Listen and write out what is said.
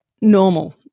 normal